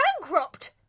bankrupt